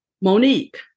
Monique